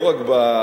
לא רק בכרמל,